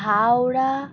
Howrah